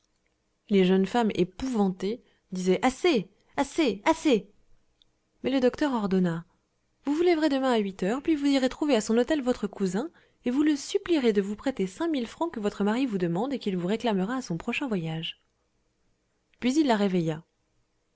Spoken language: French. les jeunes femmes épouvantées disaient assez assez assez mais le docteur ordonna vous vous lèverez demain à huit heures puis vous irez trouver à son hôtel votre cousin et vous le supplierez de vous prêter cinq mille francs que votre mari vous demande et qu'il vous réclamera à son prochain voyage puis il la réveilla